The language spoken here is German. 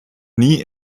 nie